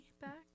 back